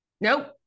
Nope